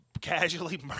casually